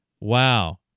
wow